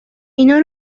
اینا